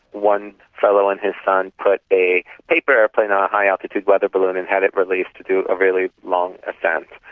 one fellow and his son put a paper aeroplane on a high altitude weather balloon and had it released to do a really long ascent.